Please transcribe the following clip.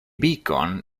beacon